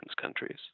countries